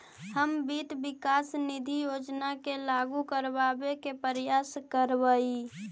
हम वित्त विकास निधि योजना के लागू करबाबे के प्रयास करबई